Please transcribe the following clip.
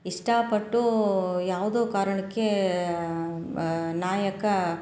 ಇಷ್ಟಪಟ್ಟು ಯಾವುದೋ ಕಾರಣಕ್ಕೆ ನಾಯಕ